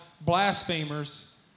blasphemers